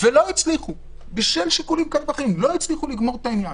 ולא הצליחה בשל שיקולים כאלה ואחרים לגמור את העניין.